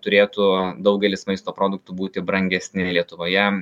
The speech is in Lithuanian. turėtų daugelis maisto produktų būti brangesni lietuvoje